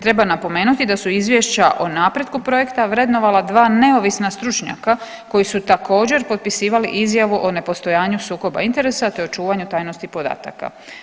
Treba napomenuti da su izvješća o napretku projekta vrednovala dva neovisna stručnjaka koji su također popisivali izjavu o nepostojanju sukoba interesa te o čuvanju tajnosti podataka.